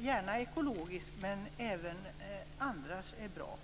Gärna ekologisk, men även andra odlingar är bra.